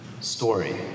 story